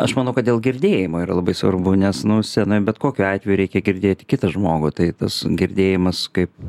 aš manau kad dėl girdėjimo yra labai svarbu nes nu scenoje bet kokiu atveju reikia girdėti kitą žmogų tai tas girdėjimas kaip